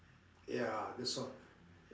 ya that's all